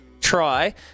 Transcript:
try